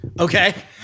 Okay